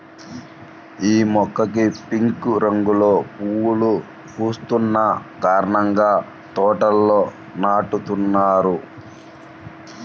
యీ మొక్కకి పింక్ రంగులో పువ్వులు పూస్తున్న కారణంగా తోటల్లో నాటుతున్నారు